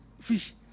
fish